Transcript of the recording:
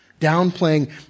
Downplaying